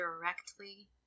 directly